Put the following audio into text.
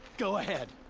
go ahead.